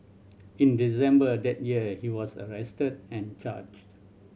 in December that year he was arrested and charged